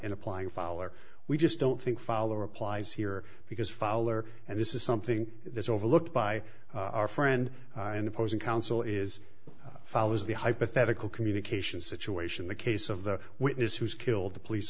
in applying fall or we just don't think follow applies here because fowler and this is something that's overlooked by our friend and opposing counsel is follows the hypothetical communication situation the case of the witness who's killed the police